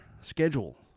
schedule